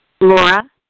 Laura